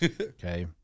Okay